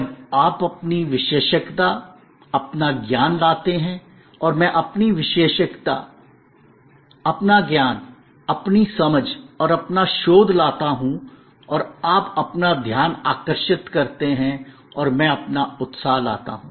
जब आप अपनी विशेषज्ञता अपना ज्ञान लाते हैं और मैं अपनी विशेषज्ञता अपना ज्ञान अपनी समझ और अपना शोध लाता हूं और आप अपना ध्यान आकर्षित करते हैं और मैं अपना उत्साह लाता हूं